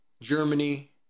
Germany